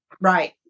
Right